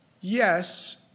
Yes